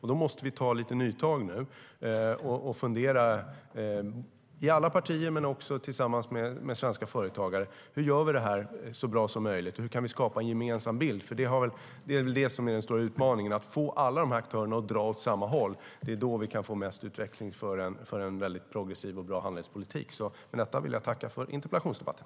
Vi måste ta lite nytag och fundera i alla partier men också tillsammans med svenska företagare. Hur gör vi det så bra som möjligt? Hur kan vi skapa en gemensam bild? Den stora utmaningen är att få alla aktörerna att dra åt samma håll. Det är då vi kan få mest utveckling för en progressiv och bra handelspolitik. Med detta vill jag tacka för interpellationsdebatten.